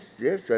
yes